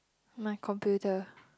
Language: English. my computer